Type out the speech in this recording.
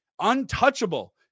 untouchable